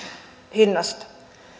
hinnasta